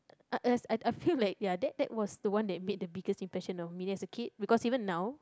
I feel like ya that that was the one that made the biggest impression on me as a kid because even now